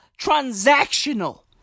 transactional